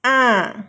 ah